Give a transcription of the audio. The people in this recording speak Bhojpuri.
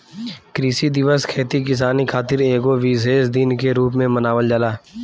कृषि दिवस खेती किसानी खातिर एगो विशेष दिन के रूप में मनावल जाला